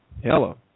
Hello